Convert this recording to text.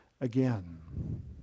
again